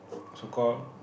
so call